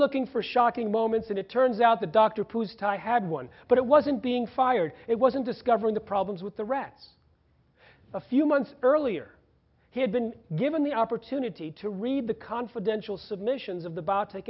looking for shocking moments and it turns out the doctor whose tie had one but it wasn't being fired it wasn't discovering the problems with the rats a few months earlier he had been given the opportunity to read the confidential submissions of the bot